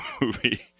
movie